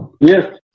yes